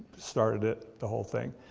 started it, the whole thing,